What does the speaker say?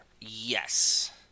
Yes